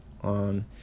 on